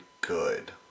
good